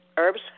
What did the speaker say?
Herbs